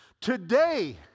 today